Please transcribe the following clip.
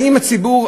האם הציבור,